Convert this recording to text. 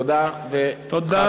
תודה, וחג חירות שמח.